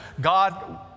God